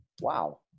Wow